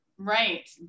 Right